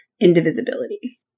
indivisibility